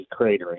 cratering